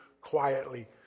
quietly